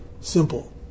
simple